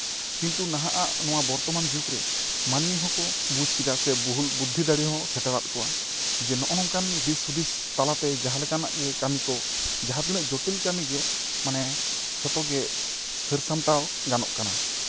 ᱠᱤᱱᱛᱩ ᱱᱟᱦᱟᱜ ᱟᱜ ᱱᱚᱣᱟ ᱵᱚᱨᱛᱚᱢᱟᱱ ᱡᱩᱜᱽ ᱨᱮ ᱢᱟᱱᱢᱤ ᱦᱚᱸᱠᱚ ᱵᱩᱡ ᱠᱮᱫᱟ ᱥᱮ ᱵᱩᱫᱽᱫᱷᱤ ᱫᱟᱲᱮᱦᱚᱸ ᱥᱮᱴᱮᱨᱟᱜ ᱠᱚᱣᱟ ᱡᱮ ᱱᱚᱜᱼᱚ ᱱᱚᱝᱠᱟᱱ ᱫᱤᱥ ᱦᱩᱫᱤᱥ ᱛᱟᱞᱟᱛᱮ ᱡᱟᱦᱟᱸ ᱞᱮᱠᱟᱱᱟᱜ ᱜᱮ ᱠᱟᱢᱤ ᱠᱚ ᱡᱟᱦᱟᱸ ᱛᱤᱱᱟᱹᱜ ᱡᱚᱴᱤᱞ ᱠᱟᱢᱤᱜᱮ ᱢᱟᱱᱮ ᱡᱷᱚᱛᱚ ᱜᱮ ᱦᱟᱹᱨ ᱥᱟᱢᱴᱟᱣ ᱜᱟᱱᱚᱜ ᱠᱟᱱᱟ